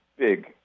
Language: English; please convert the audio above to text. big